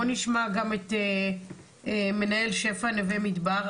בואו נשמע גם את מנהל שפ"ע נווה מדבר,